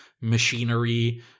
machinery